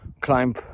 climb